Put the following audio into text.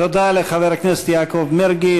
תודה לחבר הכנסת יעקב מרגי.